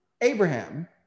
Abraham